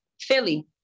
Philly